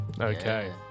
okay